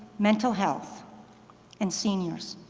mental health and seniors.